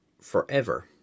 forever